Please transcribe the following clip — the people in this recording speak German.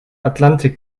atlantik